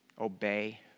Obey